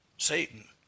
Satan